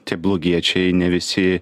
tie blogiečiai ne visi